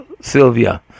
Sylvia